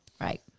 Right